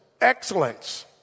excellence